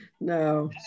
no